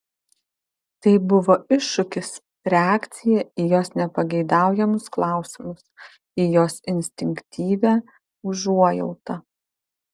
tai buvo iššūkis reakcija į jos nepageidaujamus klausimus į jos instinktyvią užuojautą